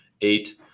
eight